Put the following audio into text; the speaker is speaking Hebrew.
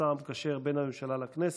השר המקשר בין הממשלה לכנסת.